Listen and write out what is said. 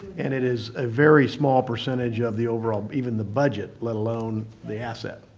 and it is a very small percentage of the overall, even the budget, let alone the asset.